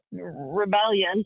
rebellion